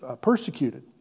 persecuted